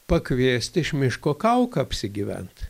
pakviesti iš miško kauką apsigyvent